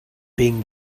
being